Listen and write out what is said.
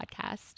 podcast